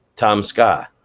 tomska,